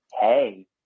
hey